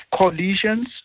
collisions